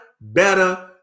better